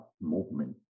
movement